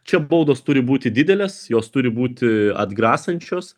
čia baudos turi būti didelės jos turi būti atgrasančios